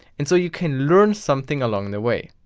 and so you can learn something along the way.